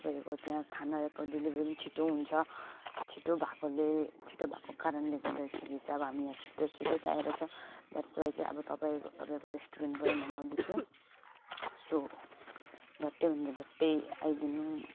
तपाईँहरूको त्यहाँ खानाको डेलिभरी छिटो हुन्छ छिटो भएकोले छिटो भएको कारणले गर्दाखेरि चाहिँ अब हामी यहाँ छिटो छिटो चाहेको छ द्याट्स वाई चाहिँ अब तपाईँको तपाईँको रेस्टुरेन्टबाट मगाउँदैछु सो झट्टै भन्दा झट्टै आइदिनु